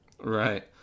Right